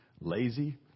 Lazy